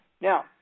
Now